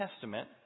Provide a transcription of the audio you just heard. Testament